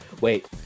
Wait